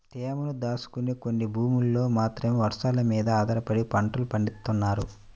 తేమను దాచుకునే కొన్ని భూముల్లో మాత్రమే వర్షాలమీద ఆధారపడి పంటలు పండిత్తన్నారు